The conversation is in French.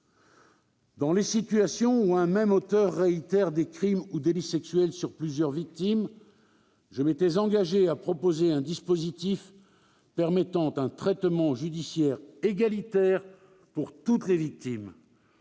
dans les situations où un même auteur réitère des crimes ou délits sexuels sur plusieurs victimes, je m'étais engagé à proposer un dispositif garantissant un traitement judiciaire égalitaire pour toutes les victimes.